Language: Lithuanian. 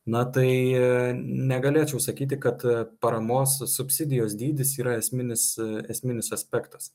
na tai negalėčiau sakyti kad paramos subsidijos dydis yra esminis esminis aspektas